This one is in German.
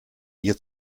ihr